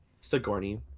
Sigourney